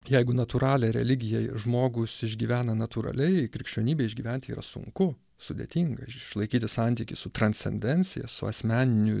jeigu natūralią religijią žmogus išgyvena natūraliai krikščionybę išgyventi yra sunku sudėtinga išlaikyti santykį su transcendencija su asmeniniu